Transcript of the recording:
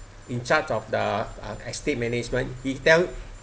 in charge of the estate management he tell